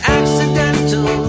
accidental